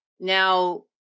now